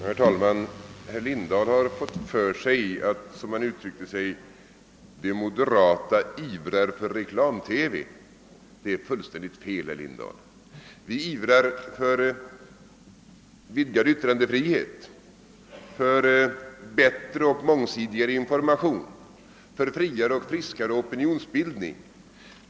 Herr talman! Herr Lindahl har fått för sig att, som han sade, de moderata ivrar för reklam-TV. Det är fullständigt fel, herr Lindahl. Vi ivrar för vidgad yttrandefrihet, för bättre och mångsidigare information, för friare och friskare opinionsbildning.